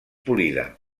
polida